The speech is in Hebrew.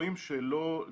שלכם.